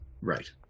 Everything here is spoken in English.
Right